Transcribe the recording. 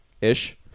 ish